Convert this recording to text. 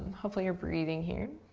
hopefully you're breathing here.